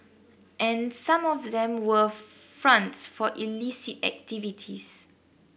and some of them were fronts for illicit activities